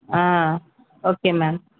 ah okay ma'am